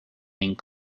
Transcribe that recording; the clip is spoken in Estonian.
ning